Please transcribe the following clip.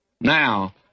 Now